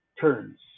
turns